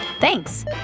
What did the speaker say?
Thanks